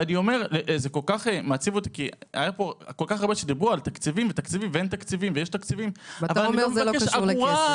זה מעציב אותי כי דברו פה הרבה על תקציבים ותקציבים ואני לא מבקש אגורה